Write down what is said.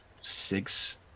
six